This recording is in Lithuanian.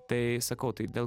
tai sakau tai dėl